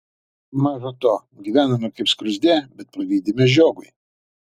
maža to gyvename kaip skruzdė bet pavydime žiogui